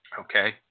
Okay